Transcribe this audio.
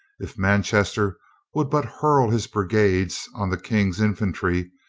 if manchester would but hurl his brigades on the king's infantry,